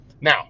now